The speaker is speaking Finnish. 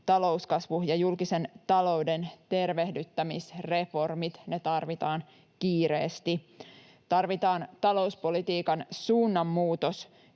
talouskasvu‑ ja julkisen talouden tervehdyttämisreformit — ne tarvitaan kiireesti. Tarvitaan talouspolitiikan suunnanmuutos,